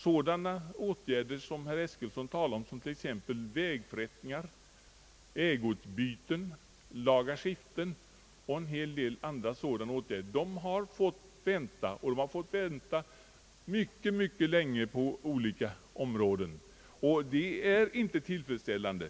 Sådana åtgärder som herr Eskilsson talade om, t.ex. vägförbättringar, ägoutbyten, laga skiften och en hel del andra liknande åtgärder, har fått vänta mycket länge på att bli utförda. Det är inte tillfredsställande.